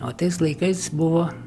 o tais laikais buvo